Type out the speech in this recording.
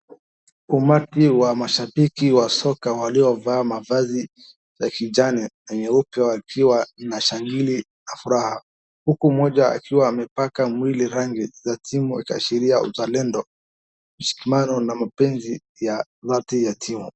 Umati wa mashabiki wa soka waliovaa mavazi ya kijani na nyeupe wakiwa na shangili na furaha, huku mmoja akiwa amepaka mwili rangi ya timu ikiashiria uzalendo, mshikamano na mapenzi ya dhati ya timu.